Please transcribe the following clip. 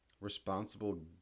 responsible